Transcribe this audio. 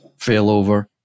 failover